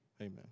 amen